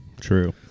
True